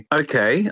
okay